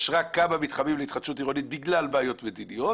יש רק כמה מתחמים להתחדשות עירונית בגלל בעיות מדיניות